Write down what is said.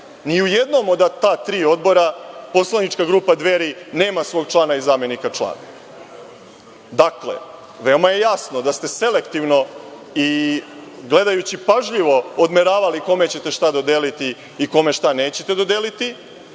Ni u jednom od ta tri odbora poslanička grupa Dveri nema svog člana i zamenika člana. Dakle, veoma je jasno da ste selektivno i gledajući pažljivo odmeravali kome ćete šta dodeliti i kome šta nećete dodeliti